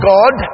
God